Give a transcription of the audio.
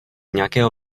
nějakého